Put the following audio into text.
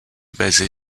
basée